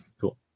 Cool